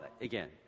again